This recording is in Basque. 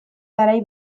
garai